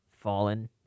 fallen